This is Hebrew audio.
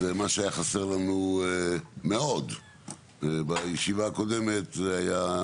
אז מה שהיה חסר לנו מאוד בישיבה הקודמת זה היה